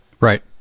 Right